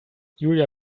julia